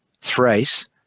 Thrace